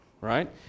right